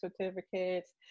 certificates